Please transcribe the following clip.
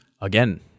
again